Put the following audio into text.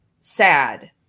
sad